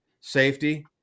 safety